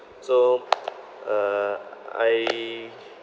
so uh I